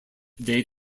date